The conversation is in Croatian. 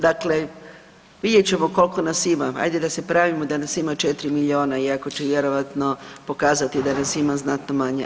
Dakle, vidjet ćemo koliko nas ima, ajde da se pravimo da nas ima 4 milijuna iako će vjerojatno pokazati da nas ima znatno manje.